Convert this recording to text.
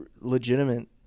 legitimate